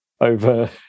over